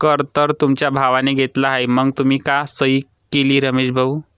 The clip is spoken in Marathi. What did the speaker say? कर तर तुमच्या भावाने घेतला आहे मग तुम्ही का सही केली रमेश भाऊ?